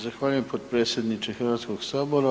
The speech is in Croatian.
Zahvaljujem potpredsjedniče Hrvatskoga sabora.